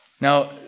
Now